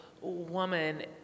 woman